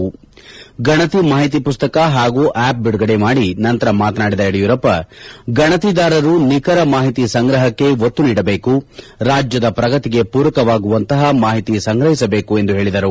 ನಿಖರ ಗಣತಿ ಮಾಹಿತಿ ಪುಸ್ತಕ ಹಾಗೂ ಆಪ್ ಬಿಡುಗಡೆ ಮಾಡಿದ ನಂತರ ಮಾತನಾದಿದ ಯಡಿಯೂರಪ್ಪ ಗಣತಿದಾರರು ನಿಖರ ಮಾಹಿತಿ ಸಂಗ್ರಹಕ್ಕೆ ಒತ್ತು ನೀಡಬೇಕು ರಾಜ್ಯದ ಪ್ರಗತಿಗೆ ಪೂರಕವಾಗುವಂತಹ ಮಾಹಿತಿ ಸಂಗ್ರಹಿಸಬೇಕು ಎಂದು ಹೇಳಿದರು